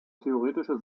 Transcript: theoretische